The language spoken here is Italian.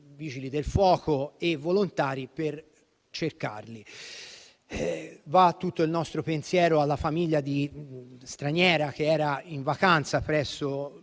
Vigili del fuoco e volontari per trovarli. Tutto il nostro pensiero va alla famiglia straniera che era in vacanza presso